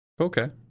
Okay